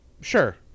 Sure